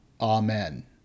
amen